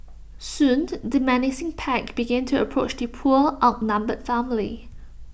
soon the menacing pack began to approach the poor outnumbered family